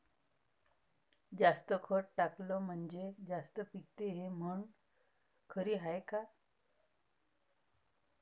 जास्त खत टाकलं म्हनजे जास्त पिकते हे म्हन खरी हाये का?